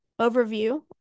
overview